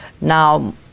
now